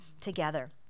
together